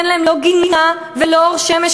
אין להם לא גינה ולא אור שמש,